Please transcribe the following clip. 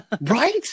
right